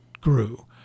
grew